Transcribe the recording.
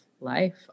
life